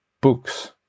books